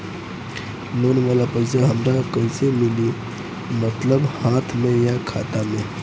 Loan वाला पैसा हमरा कइसे मिली मतलब हाथ में या खाता में?